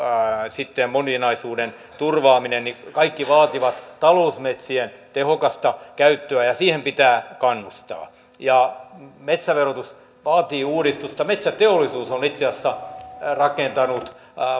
moninaisuuden turvaaminen kaikki vaativat talousmetsien tehokasta käyttöä ja siihen pitää kannustaa ja metsäverotus vaatii uudistusta metsäteollisuus on itse asiassa rakentanut